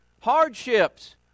hardships